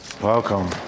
Welcome